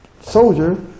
soldier